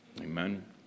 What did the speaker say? Amen